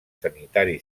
sanitari